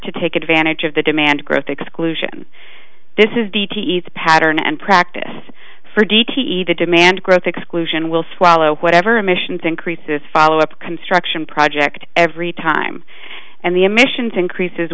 to take advantage of the demand growth exclusion this is the teeth pattern and practice for g t e the demand growth exclusion will swallow whatever emissions increases follow up construction project every time and the emissions increases